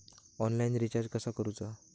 Online recharge कसा करूचा?